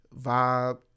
vibe